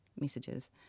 messages